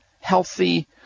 healthy